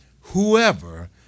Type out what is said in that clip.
whoever